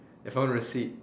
if I want receipt